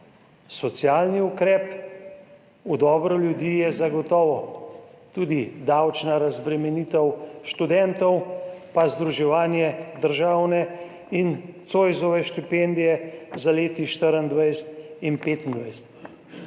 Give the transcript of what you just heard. Socialni ukrep v dobro ljudi je zagotovo tudi davčna razbremenitev študentov, pa združevanje državne in Zoisove štipendije za leti 2024 in 2025.